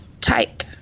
type